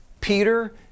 peter